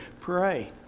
pray